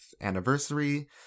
anniversary